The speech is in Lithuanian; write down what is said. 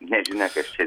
nežinia kas čia